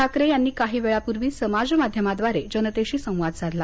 ठाकरे यांनी काही वेळापूर्वी समाज माध्यमाद्वारे जनतेशी संवाद साधला